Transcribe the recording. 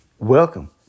Welcome